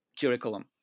curriculum